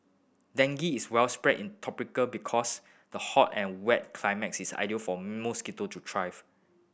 dengue is widespread in tropic because the hot and wet climate is ideal for mosquito to thrive